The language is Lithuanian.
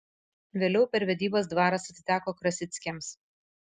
vėliau per vedybas dvaras atiteko krasickiams